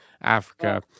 Africa